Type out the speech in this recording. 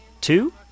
Two